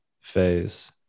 phase